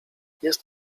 jest